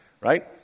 right